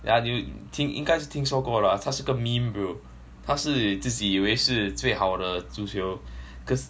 yeah 你有听应该是听说过 lah 他是个 meme bro 他是自己以为是最好的足球可